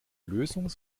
lösung